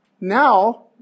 Now